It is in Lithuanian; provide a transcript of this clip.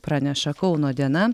praneša kauno diena